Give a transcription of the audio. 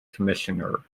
commissioner